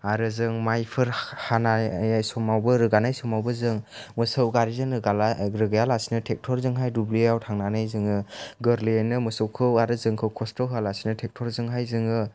आरो जों माइफोर हानाय समावबो रोगानाय समावबो जों मोसौ गारिजों रोगाला रोगाया लासे ट्रेक्टरजोंहाय दुब्लियाव थांनानै जोङो गोरलैयैनो मोसौखौ आरो जोंखौ खस्थ' होयालासेनो ट्रेक्टरजोंहाय जोङो